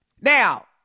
Now